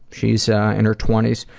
she's ah in her twenty s.